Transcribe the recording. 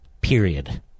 Period